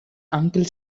uncle